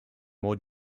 more